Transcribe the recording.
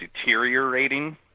deteriorating